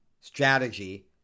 strategy